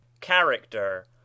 character